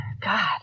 God